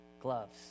Gloves